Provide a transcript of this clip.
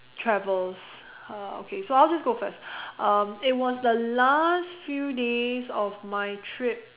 travels uh okay so I'll just go first um it was the last few days of my trip